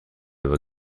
were